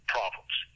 problems